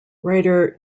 writer